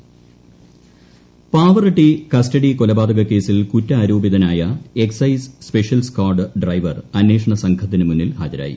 പാവറട്ടി കൊലപാതക case Pavaratty custody കൊലപാതകക്കേസിൽ കുറ്റാരോപിതനായ എക്സൈസ് സ്പെഷ്യൽ സ്കാഡ് ഡ്രൈവർ അന്വേഷണ സംഘത്തിന് മുന്നിൽ ഹാജരായി